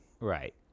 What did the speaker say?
Right